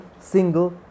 single